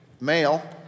male